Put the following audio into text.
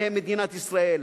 עליהם מדינת ישראל.